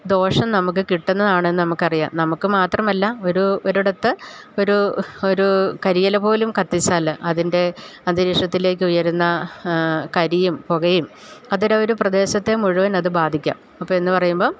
ദോഷം നമുക്ക് കിട്ടുന്നതാണെന്ന് നമുക്കറിയാം നമുക്ക് മാത്രമല്ല ഒരു ഒരിടത്ത് ഒരു ഒരു കരിയില പോലും കത്തിച്ചാല് അതിൻ്റെ അന്തരീക്ഷത്തിലേക്ക് ഉയരുന്ന കരിയും പുകയും അതൊരൊരു പ്രദേശത്തെ മുഴുവൻ അത് ബാധിക്കാം അപ്പോൾ എന്ന് പറയുമ്പം